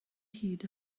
hyd